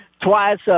twice